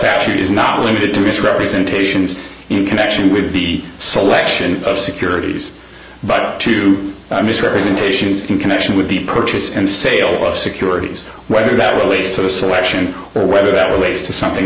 statute is not limited to misrepresentations in connection with the selection of securities but to a misrepresentation in connection with the purchase and sale of securities whether that relates to the selection or whether that relates to something